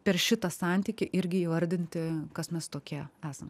per šitą santykį irgi įvardinti kas mes tokie esam